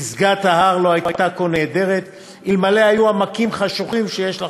פסגת ההר לא הייתה כה נהדרת אלמלא היו עמקים חשוכים שיש לחצותם".